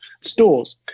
stores